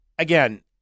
Again